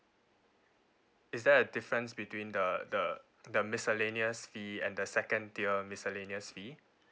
is there a difference between the the the miscellaneous fee and the second tier miscellaneous fee